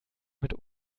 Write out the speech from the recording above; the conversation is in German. mit